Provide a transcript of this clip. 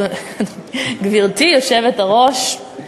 גברתי היושבת-ראש,